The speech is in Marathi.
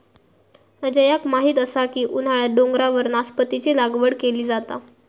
अजयाक माहीत असा की उन्हाळ्यात डोंगरावर नासपतीची लागवड केली जाता